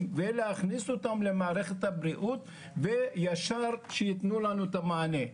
ולהכניס אותם למערכת הבריאות ושייתנו לנו את המענה מיד.